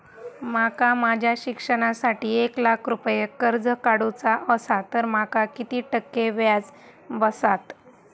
माका माझ्या शिक्षणासाठी एक लाख रुपये कर्ज काढू चा असा तर माका किती टक्के व्याज बसात?